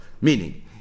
meaning